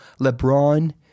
lebron